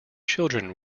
children